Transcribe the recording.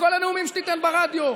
לכל הנאומים שתיתן ברדיו,